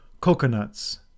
Coconuts